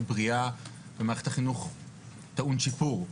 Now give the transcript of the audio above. בריאה במערכת החינוך טעון שיפור.